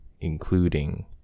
including